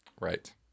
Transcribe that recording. Right